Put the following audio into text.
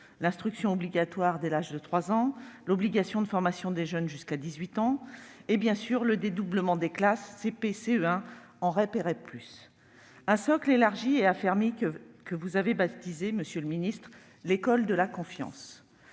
l'instruction obligatoire dès l'âge de 3 ans, l'obligation de formation des jeunes jusqu'à 18 ans et, bien sûr, le dédoublement des classes de CP et CE1 en REP et REP+. Sans oublier un socle élargi et affermi, que vous avez baptisé, monsieur le ministre, l'école de la confiance.